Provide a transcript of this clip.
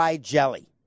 jelly